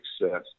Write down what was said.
success